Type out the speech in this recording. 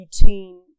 routine